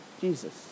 Jesus